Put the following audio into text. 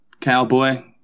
Cowboy